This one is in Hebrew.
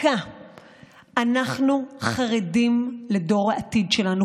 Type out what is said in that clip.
אנחנו חרדים לדור העתיד שלנו.